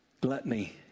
Gluttony